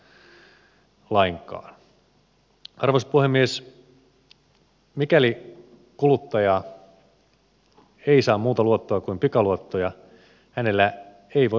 mikäli kuluttaja ei saa muuta luottoa kuin pikaluottoja hänellä ei voi olla varaa niihin